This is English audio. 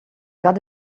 got